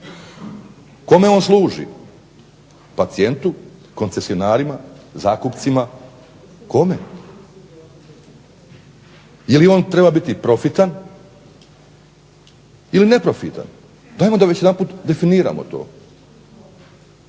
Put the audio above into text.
kome on služi: pacijentu, koncesionarima, zakupcima, kome? Je li on treba biti profitan ili neprofitan, dajmo da već jedanput definiramo to.